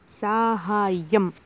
साहाय्यम्